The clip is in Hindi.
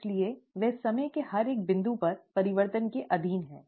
इसलिए वे समय के हर एक बिंदु पर परिवर्तन के अधीन हैं